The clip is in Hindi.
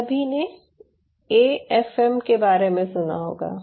आप सभी ने एएफएम के बारे में सुना होगा